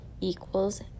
equals